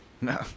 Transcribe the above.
No